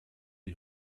die